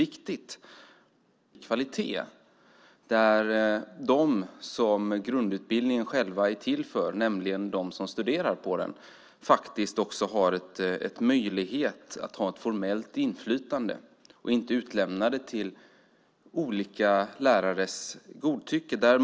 Vi är nog alla överens om att det ger en unik kvalitet där de som grundutbildningen är till för, nämligen de som studerar på den, har en möjlighet att ha ett formellt inflytande och inte är utlämnade till olika lärares godtycke.